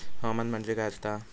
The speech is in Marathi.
हवामान म्हणजे काय असता?